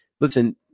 Listen